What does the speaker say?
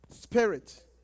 Spirit